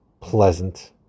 pleasant